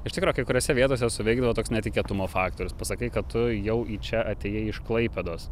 iš tikro kai kuriose vietose suveikdavo toks netikėtumo faktorius pasakai kad tu jau į čia atėjai iš klaipėdos